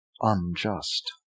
unjust